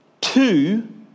Two